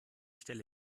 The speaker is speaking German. stelle